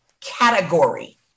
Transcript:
category